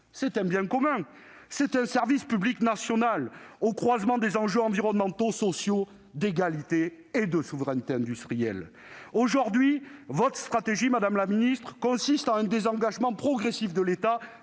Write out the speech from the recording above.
C'est un bien commun, et un service public national au croisement des enjeux environnementaux, sociaux, d'égalité et de souveraineté industrielle. Votre stratégie, madame la ministre, consiste aujourd'hui en un désengagement progressif de l'État